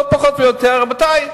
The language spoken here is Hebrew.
לא פחות ולא יותר: רבותי,